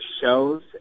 shows